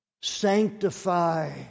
sanctify